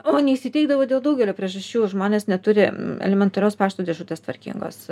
o neįsiteikdavo dėl daugelio priežasčių žmonės neturi elementarios pašto dėžutės tvarkingos